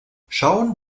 schauen